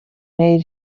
made